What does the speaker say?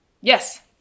Yes